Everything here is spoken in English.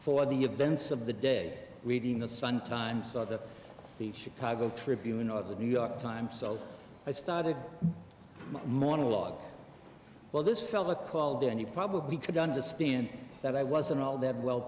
for the events of the day reading the sun times the chicago tribune or the new york times so i started my monologue well this fella called and he probably could understand that i wasn't all that well